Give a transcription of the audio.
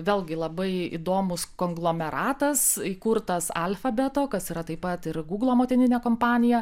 vėlgi labai įdomūs konglomeratas įkurtas alfa beto kas yra taip pat ir gūglo motininė kompanija